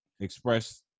express